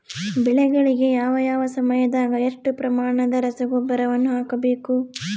ಬೆಳೆಗಳಿಗೆ ಯಾವ ಯಾವ ಸಮಯದಾಗ ಎಷ್ಟು ಪ್ರಮಾಣದ ರಸಗೊಬ್ಬರವನ್ನು ಹಾಕಬೇಕು?